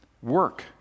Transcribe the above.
Work